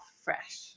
fresh